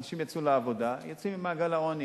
אנשים יצאו לעבודה, יוצאים ממעגל העוני.